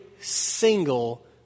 single